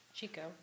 Chico